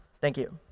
thank you.